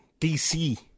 DC